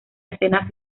escena